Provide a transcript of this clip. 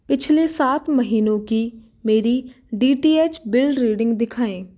पिछले सात महीनों की मेरी D T H bill reading दिखाएँ